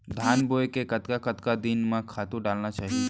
धान बोए के कतका कतका दिन म खातू डालना चाही?